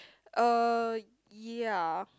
uh ya